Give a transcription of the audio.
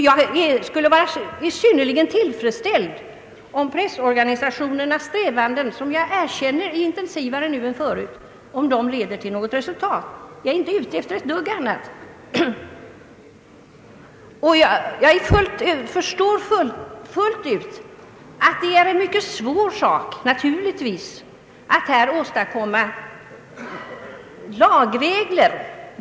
Jag skulle vara synnerligen tillfredsställd om pressorganisationernas strävanden — jag erkänner att de är intensivare nu än förut — leder till något resultat. Jag förstår fullt ut att det är mycket svårt — naturligtvis — att här åstadkomma lagregler.